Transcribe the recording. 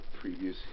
previous